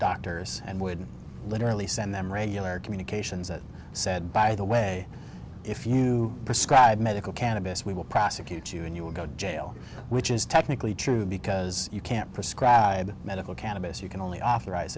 doctors and would literally send them regular communications that said by the way if you prescribe medical cannabis we will prosecute you and you will go to jail which is technically true because you can't prescribe medical cannabis you can only authorize